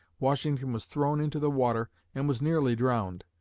washington was thrown into the water and was nearly drowned,